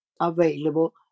available